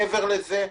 מעבר לזה,